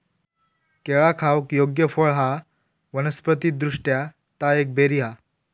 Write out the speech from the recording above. केळा खाऊक योग्य फळ हा वनस्पति दृष्ट्या ता एक बेरी हा